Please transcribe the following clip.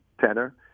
tenor